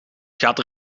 gaat